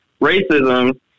racism